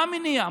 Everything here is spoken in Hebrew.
מה מניע?